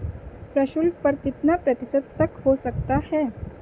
प्रशुल्क कर कितना प्रतिशत तक हो सकता है?